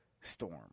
storm